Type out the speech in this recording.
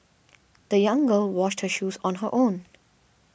the young girl washed her shoes on her own